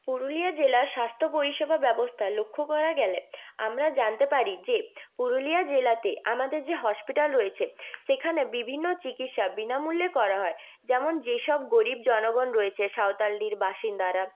পুরুলিয়া জেলার স্বাস্থ্য পরিষেবা ব্যবস্থা লক্ষ্য করা গেলে আমরা জানতে পারি যে পুরুলিয়া জেলাতে আমাদের যে হসপিটাল রয়েছে সেখানে বিভিন্ন চিকিৎসা বিনামূল্যে করা হয় যেমন যে সব গরীব জনগণ রয়েছে সয়াওতালডিহির বাসিন্দারা